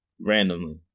Randomly